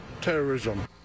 terrorism